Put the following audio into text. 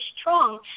strong